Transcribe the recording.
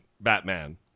Batman